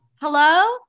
hello